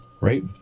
right